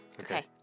Okay